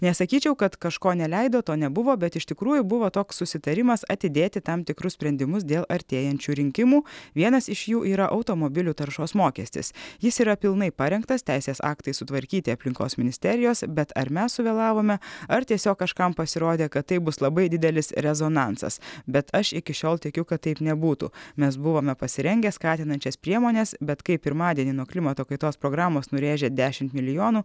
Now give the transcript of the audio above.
nesakyčiau kad kažko neleido to nebuvo bet iš tikrųjų buvo toks susitarimas atidėti tam tikrus sprendimus dėl artėjančių rinkimų vienas iš jų yra automobilių taršos mokestis jis yra pilnai parengtas teisės aktai sutvarkyti aplinkos ministerijos bet ar mes suvėlavome ar tiesiog kažkam pasirodė kad tai bus labai didelis rezonansas bet aš iki šiol tikiu kad taip nebūtų mes buvome pasirengę skatinančias priemones bet kai pirmadienį nuo klimato kaitos programos nurėžė dešimt milijonų